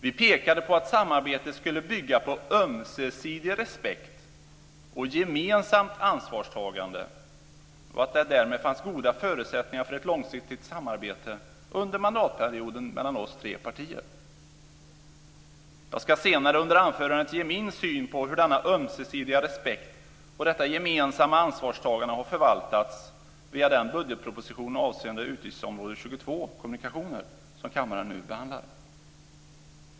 Vi pekade på att samarbetet skulle bygga på ömsesidig respekt och gemensamt ansvarstagande och att det därmed fanns goda förutsättningar för ett långsiktigt samarbete under mandatperioden mellan oss tre partier. Jag ska senare under anförandet ge min syn på hur denna ömsesidiga respekt och detta gemensamma ansvarstagande har förvaltats via den budgetproposition avseende utgiftsområde 22, Kommunikationer, som kammaren nu behandlar.